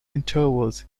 intervals